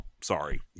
sorry